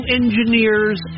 engineers